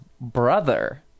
brother